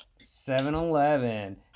7-Eleven